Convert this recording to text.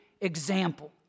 example